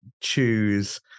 choose